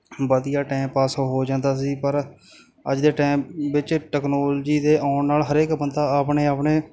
ਵਧੀਆ time pass ਹੋ ਜਾਂਦਾ ਸੀ ਪਰ ਅੱਜ ਦੇ ਟੈਮ ਵਿੱਚ ਟਕਨੋਲਜੀ ਦੇ ਆਉਣ ਨਾਲ ਹਰੇਕ ਬੰਦਾ ਆਪਣੇ ਆਪਣੇ